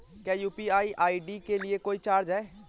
क्या UPI ID के लिए कोई चार्ज है?